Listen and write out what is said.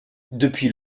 depuis